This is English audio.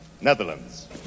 Netherlands